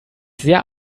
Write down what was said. sehr